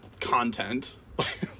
content